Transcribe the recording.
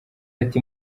ati